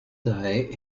day